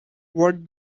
what